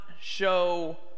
show